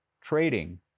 trading